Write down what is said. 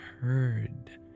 heard